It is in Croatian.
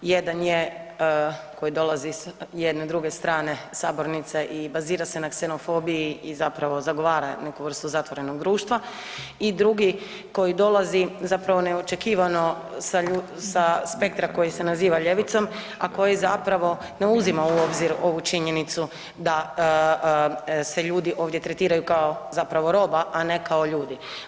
Jedan je koji dolazi iz jedne druge strane sabornice i bazira se na ksenofobiji i zapravo, zagovara neku vrstu zatvorenog društva i drugi koji dolazi, zapravo, neočekivano sa spektra koji se naziva ljevicom, a koji zapravo ne uzima u obzir ovu činjenicu da se ljudi ovdje tretiraju kao zapravo roba, a ne kao ljudi.